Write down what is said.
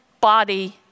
body